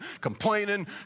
complaining